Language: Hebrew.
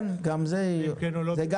זה גם